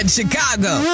Chicago